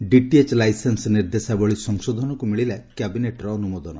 DTH licence ନିର୍ଦ୍ଦେଶାବଳୀ ସଂଶୋଧନକୁ ମିଳିଲା କ୍ୟାବିନେଟ୍ର ଅନୁମୋଦନ